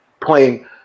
playing